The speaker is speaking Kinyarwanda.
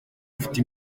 ufite